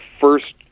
first